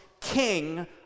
king